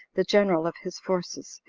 the general of his forces,